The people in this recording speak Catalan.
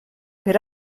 per